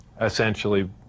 essentially